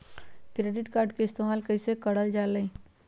Credit card के इस्तेमाल कईसे करल जा लई?